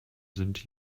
sind